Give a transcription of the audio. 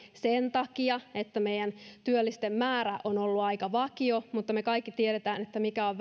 sen takia että meillä työllisten määrä on ollut aika vakio mutta me kaikki tiedämme mikä on